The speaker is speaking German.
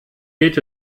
geht